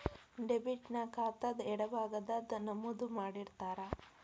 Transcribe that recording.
debit ನ ಖಾತಾದ್ ಎಡಭಾಗದಾಗ್ ನಮೂದು ಮಾಡಿರ್ತಾರ